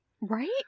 Right